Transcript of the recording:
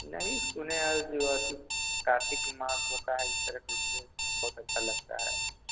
नहीं सुने है जो कि कार्तिक मास होता है इस तरह से हो सकता लगता है